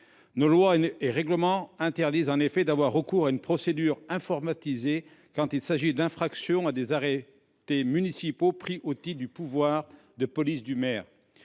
Nos lois et règlements interdisent en effet d’avoir recours à une procédure informatisée pour des infractions à des arrêtés municipaux pris au titre des pouvoirs de police du maire.